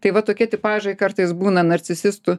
tai va tokie tipažai kartais būna narcisistų